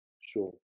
Sure